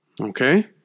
Okay